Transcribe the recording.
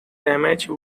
damage